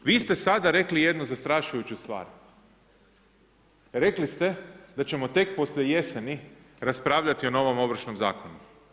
Vi ste sada rekli jednu zastrašujuću stvar. rekli ste da ćemo tek poslije jeseni raspravljati o novim Ovršnom zakonu.